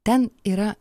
ten yra